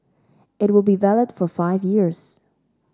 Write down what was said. it will be valid for five years